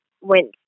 went